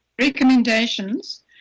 Recommendations